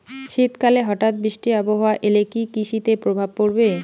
শীত কালে হঠাৎ বৃষ্টি আবহাওয়া এলে কি কৃষি তে প্রভাব পড়বে?